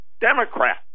democrat